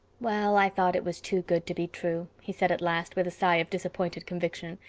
well, i thought it was too good to be true, he said at last, with a sigh of disappointed conviction.